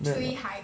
没有